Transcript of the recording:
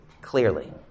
clearly